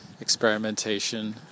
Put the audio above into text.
experimentation